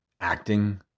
acting